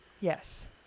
yes